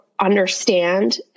understand